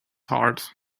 heart